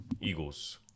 Eagles